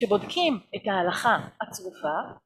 שבודקים את ההלכה הצרופה